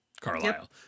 Carlisle